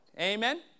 amen